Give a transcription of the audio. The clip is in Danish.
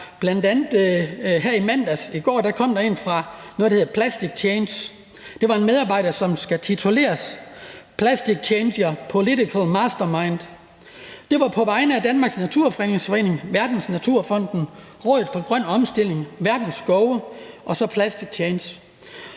kom der et fra noget, der hedder Plastic Change. Det var fra en medarbejder, som skal tituleres plastic changer and polical mastermind. Det var på vegne af Danmarks Naturfredningsforening, Verdensnaturfonden, Rådet for Grøn Omstilling, Verdens Skove og Plastic Change.